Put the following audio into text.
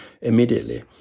immediately